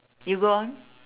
you go on